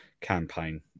campaign